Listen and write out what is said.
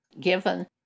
given